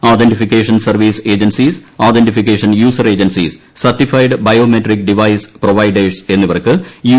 authentication service agencies authentication user agencies certified biometric device providers എന്നിവർക്ക് U